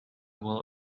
will